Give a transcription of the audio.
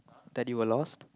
that you were lost